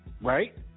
right